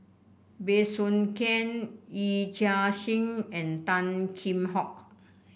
Bey Soo Khiang Yee Chia Hsing and Tan Kheam Hock